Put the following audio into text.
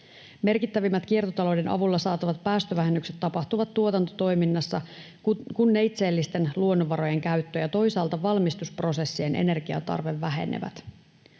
Merkittävimmät kiertotalouden avulla saatavat päästövähennykset tapahtuvat tuotantotoiminnassa, kun neitseellisten luonnonvarojen käyttö ja toisaalta valmistusprosessien energiantarve vähenevät.